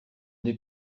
n’ai